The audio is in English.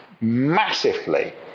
massively